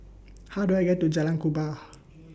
How Do I get to Jalan Kubor